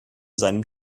seinem